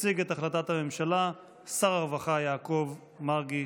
יציג את החלטת הממשלה שר הרווחה יעקב מרגי,